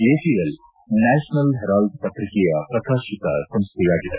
AJL National Herald ಪತ್ರಿಕೆಯ ಪ್ರಕಾಶಕ ಸಂಸ್ಟೆಯಾಗಿದೆ